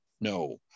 no